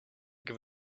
give